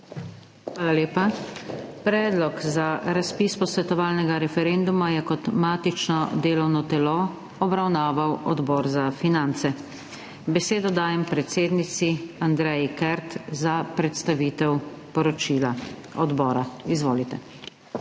Hvala lepa. Predlog za razpis posvetovalnega referenduma je kot matično delovno telo obravnaval Odbor za finance. Besedo dajem predsednici Andreji Kert za predstavitev poročila odbora. Izvolite. **ANDREJA